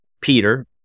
Peter